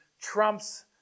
trumps